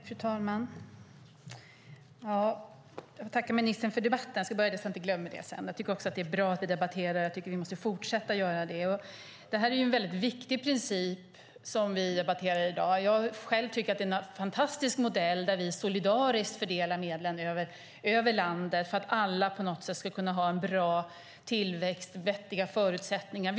Fru talman! Jag tackar ministern för debatten. Jag tycker att det är bra att vi debatterar detta. Vi måste fortsätta att göra det. Det är en viktig princip som vi debatterar i dag. Jag tycker att det är en fantastisk modell där vi solidariskt fördelar medlen över landet för att alla ska kunna ha en bra tillväxt och vettiga förutsättningar.